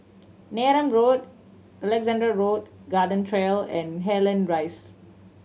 Neram Road Alexandra Road Garden Trail and Cairnhill Rise